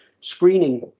screening